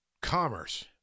commerce